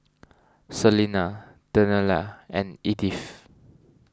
Selena Daniela and Edyth